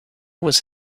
was